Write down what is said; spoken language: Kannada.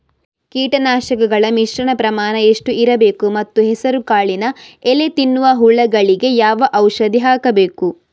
ಕೀಟನಾಶಕಗಳ ಮಿಶ್ರಣ ಪ್ರಮಾಣ ಎಷ್ಟು ಇರಬೇಕು ಮತ್ತು ಹೆಸರುಕಾಳಿನ ಎಲೆ ತಿನ್ನುವ ಹುಳಗಳಿಗೆ ಯಾವ ಔಷಧಿ ಹಾಕಬೇಕು?